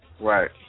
right